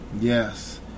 Yes